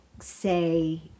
say